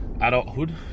adulthood